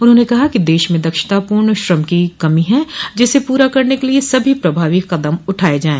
उन्होंने कहा कि देश में दक्षतापूर्ण श्रम की कमी है जिसे पूरा करने के लिये सभी प्रभावी क़दम उठाये जाये